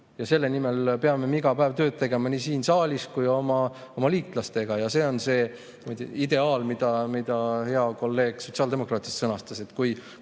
Selle nimel peame me iga päev tööd tegema nii siin saalis kui oma liitlastega. Ja see on see ideaal, mida hea kolleeg sotsiaaldemokraatidest sõnastas nii, et kui